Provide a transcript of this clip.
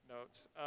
notes